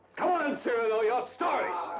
come on cyrano, your story!